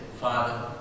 Father